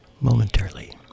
momentarily